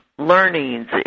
Learnings